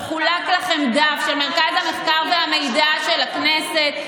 חולק לכם דף של מרכז המחקר והמידע של הכנסת.